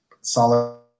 solid